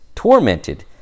tormented